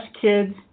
kids